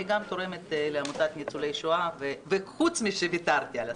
אני גם תורמת לעמותת ניצולי שואה חוץ משוויתרתי על השכר.